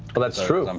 but that's true. um